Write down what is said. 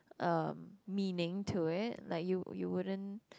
um meaning to it like you you wouldn't